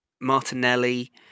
Martinelli